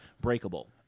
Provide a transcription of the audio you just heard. breakable